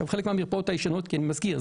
בחלק מהמרפאות הישנות אני מזכיר,